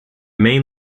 main